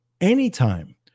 Anytime